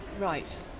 Right